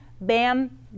Bam